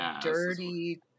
dirty